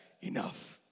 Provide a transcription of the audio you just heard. enough